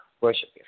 worship